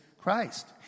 Christ